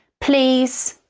please,